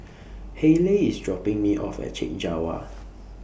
Hayleigh IS dropping Me off At Chek Jawa